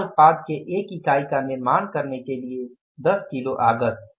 तैयार उत्पाद के 1 इकाई का निर्माण करने के लिए 10 किलो आगत